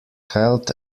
held